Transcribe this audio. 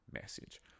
message